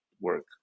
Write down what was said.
work